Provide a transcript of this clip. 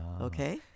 Okay